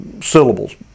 syllables